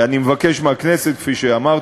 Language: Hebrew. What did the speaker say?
אני מבקש מהכנסת, כפי שאמרתי,